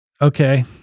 okay